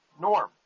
Norm